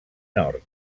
nord